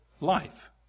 life